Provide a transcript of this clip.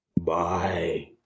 Bye